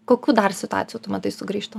kokių dar situacijų tu matai sugrįžtant